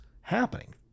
happening